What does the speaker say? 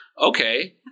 Okay